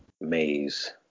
maze